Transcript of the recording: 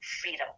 freedom